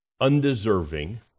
undeserving